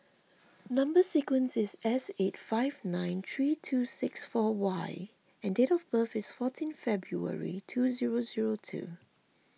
Number Sequence is S eight five nine three two six four Y and date of birth is fourteen February two zero zero two